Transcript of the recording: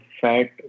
fat